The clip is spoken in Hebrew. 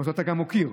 ואתה גם מוקיר.